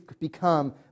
become